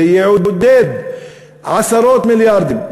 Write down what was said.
זה יעודד עשרות מיליארדים,